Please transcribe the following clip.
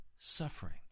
Suffering